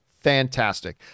fantastic